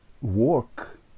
work